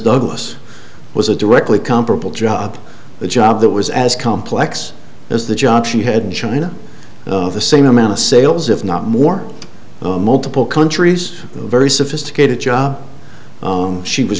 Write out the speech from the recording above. douglas was a directly comparable job a job that was as complex as the job she had china of the same amount of sales if not more multiple countries very sophisticated job she was